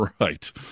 Right